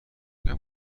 میگم